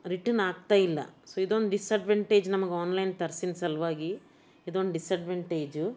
return ಆಗ್ತಾಯಿಲ್ಲ so ಇದೊಂದು disadvantage ನಮಗೆ ಆನ್ಲೈನ್ ತರ್ಸಿದ್ ಸಲುವಾಗಿ ಇದೊಂದು ಡಿಸ್ಅಡ್ವಂಟೇಜು